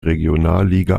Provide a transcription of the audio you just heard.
regionalliga